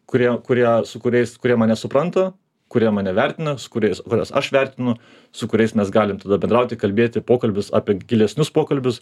kurie kurie su kuriais kurie mane supranta kurie mane vertina su kuriais kuriuos aš vertinu su kuriais mes galim tada bendrauti kalbėti pokalbius apie gilesnius pokalbius